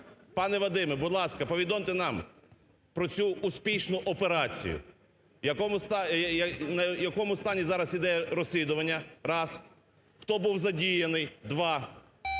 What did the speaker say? Пане Вадиме, будь ласка, повідомте нам про цю успішну операцію. В якому стані зараз іде розслідування? Раз. Хто був задіяний, два.